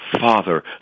Father